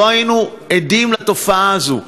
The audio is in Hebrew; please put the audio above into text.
לא היינו עדים לתופעה הזאת,